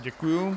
Děkuji.